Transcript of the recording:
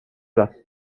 det